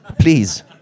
please